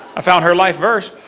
i found her life verse,